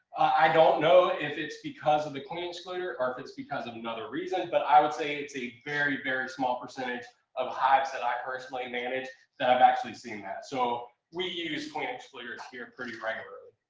i don't know if it's because of the queen excluder, or if it's because of another reason. but i would say it's a very, very small percentage of hives that i personally manage that i've actually seen that. so we use queen excluders here pretty regularly.